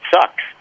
sucks